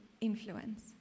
influence